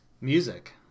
music